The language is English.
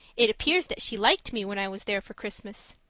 it appears that she liked me when i was there for christmas.